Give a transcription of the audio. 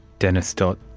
dennis dodt,